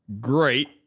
great